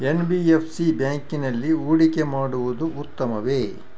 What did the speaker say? NBFC ಬ್ಯಾಂಕಿನಲ್ಲಿ ಹೂಡಿಕೆ ಮಾಡುವುದು ಉತ್ತಮವೆ?